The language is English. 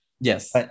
Yes